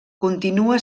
continua